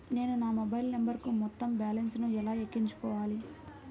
నేను నా మొబైల్ నంబరుకు మొత్తం బాలన్స్ ను ఎలా ఎక్కించుకోవాలి?